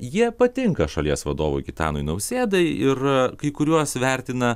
jie patinka šalies vadovui gitanui nausėdai ir kai kuriuos vertina